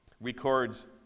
records